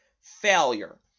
failure